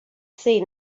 say